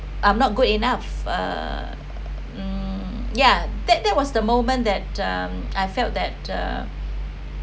I'm not good enough err um ya that that was the moment that um I felt that uh